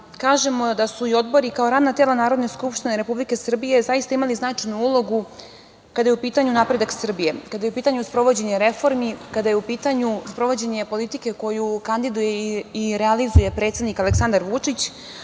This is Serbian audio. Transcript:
kažemo da su i odbori kao radna tela Narodne skupštine Republike Srbije zaista imali značajnu ulogu kada je u pitanju napredak Srbije, kada je u pitanju sprovođenje reformi, kada je u pitanju sprovođenje politike koju kandiduje i realizuje predsednik Aleksandar Vučić,